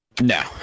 no